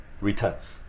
returns